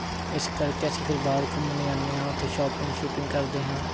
ਇਸ ਕਰਕੇ ਅਸੀਂ ਫੇਰ ਬਾਹਰ ਘੁੰਮਣ ਜਾਂਦੇ ਹਾਂ ਉੱਥੇ ਸ਼ੋਪਿੰਗ ਸੁਪਿੰਗ ਕਰਦੇ ਹਾਂ